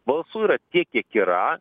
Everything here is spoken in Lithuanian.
balsų yra tiek kiek yra